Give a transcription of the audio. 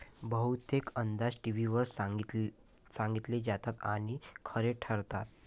बहुतेक अंदाज टीव्हीवर सांगितले जातात आणि खरे ठरतात